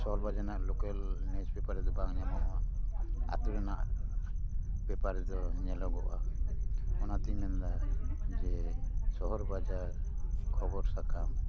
ᱥᱚᱦᱚᱨ ᱵᱟᱡᱟᱨ ᱨᱮᱱᱟᱜ ᱞᱳᱠᱮᱹᱞ ᱱᱤᱭᱩᱡᱽ ᱯᱮᱯᱟᱨ ᱨᱮᱫᱚ ᱵᱟᱝ ᱧᱟᱢᱚᱜᱼᱟ ᱟᱹᱛᱩ ᱨᱮᱱᱟᱜ ᱯᱮᱯᱟᱨ ᱨᱮᱫᱚ ᱧᱮᱞᱚᱜᱚᱜᱼᱟ ᱚᱱᱟ ᱛᱤᱧ ᱢᱮᱱ ᱮᱫᱟ ᱡᱮ ᱥᱚᱦᱚᱨ ᱵᱟᱡᱟᱨ ᱠᱷᱚᱵᱚᱨ ᱥᱟᱠᱟᱢ